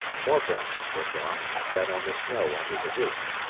more branches were brought and spread on the snow under the roof,